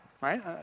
right